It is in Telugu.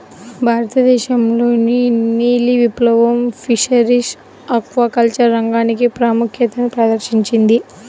భారతదేశంలోని నీలి విప్లవం ఫిషరీస్ ఆక్వాకల్చర్ రంగానికి ప్రాముఖ్యతను ప్రదర్శించింది